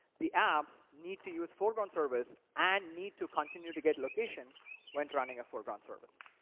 the apps need to use foreground service, and need to continue to get location when running a foreground service.